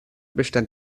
bestand